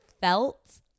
felt